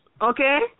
okay